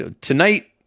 tonight